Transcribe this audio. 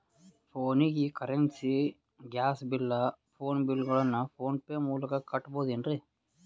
ಫೋನಿಗೆ currency, gas bill, phone bill ಗಳನ್ನು PhonePe ಮೂಲಕ ಕಟ್ಟಬಹುದೇನ್ರಿ?